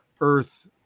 Earth